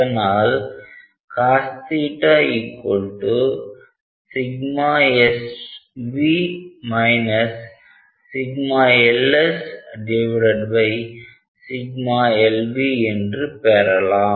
அதனால் cos SV LS LV என்று பெறலாம்